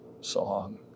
song